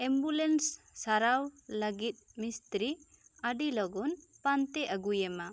ambulance ᱥᱟᱨᱟᱣ ᱞᱟᱹᱜᱤᱫ ᱢᱤᱥᱛᱨᱤ ᱟᱹᱰᱤ ᱞᱚᱜᱚᱱ ᱯᱟᱱᱛᱮ ᱟᱹᱜᱩᱭᱮᱢᱟ